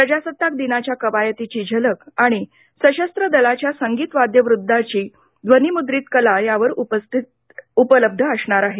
प्रजासत्ताक दिनाच्या कवायतीची झलक आणि सशस्त्र दलाच्या संगीत वाद्य वृंदाची ध्वनिमुद्रित कला यावर उपलब्ध असणार आहे